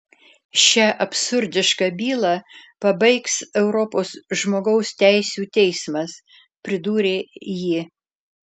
šią absurdišką bylą pabaigs europos žmogaus teisių teismas pridūrė ji